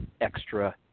Extra